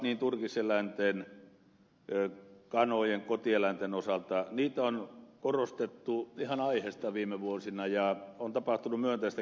entisiä tuotantotapoja turkiseläinten kanojen kotieläinten osalta on korostettu ihan aiheesta viime vuosina ja on tapahtunut myönteistä kehitystä